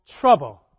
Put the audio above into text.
trouble